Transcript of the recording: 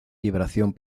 vibración